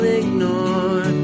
ignore